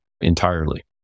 entirely